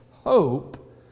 hope